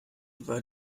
war